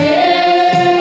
and